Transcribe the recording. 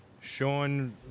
Sean